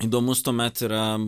įdomus tuomet yra